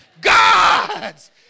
God's